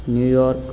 New York